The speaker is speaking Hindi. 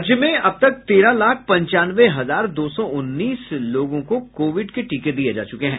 राज्य में अब तक तेरह लाख पंचानवे हजार दो सौ उन्नीस लोगों को कोविड के टीके दिये जा चुके हैं